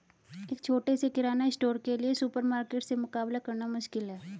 एक छोटे से किराना स्टोर के लिए सुपरमार्केट से मुकाबला करना मुश्किल है